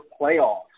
playoffs